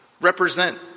represent